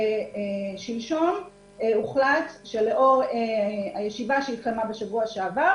ושלשום הוחלט שלאור הישיבה שהתקיימה בשבוע שעבר,